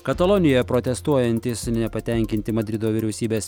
katalonijoje protestuojantys nepatenkinti madrido vyriausybės